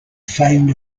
feigned